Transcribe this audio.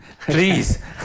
Please